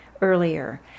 earlier